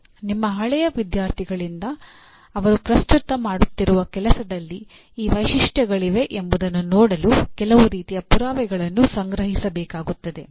ನಿಮ್ಮ ಹಳೆಯ ವಿದ್ಯಾರ್ಥಿಗಳಿಂದ ಅವರು ಪ್ರಸ್ತುತ ಮಾಡುತ್ತಿರುವ ಕೆಲಸದಲ್ಲಿ ಈ ವೈಶಿಷ್ಟ್ಯಗಳಿವೆ ಎಂಬುದನ್ನು ನೋಡಲು ಕೆಲವು ರೀತಿಯ ಪುರಾವೆಗಳನ್ನು ಸಂಗ್ರಹಿಸಬೇಕಾಗುತ್ತದೆ